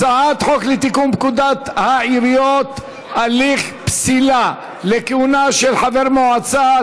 הצעת חוק לתיקון פקודת העיריות (הליך פסילה לכהונה של חבר מועצה),